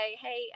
hey